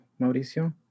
Mauricio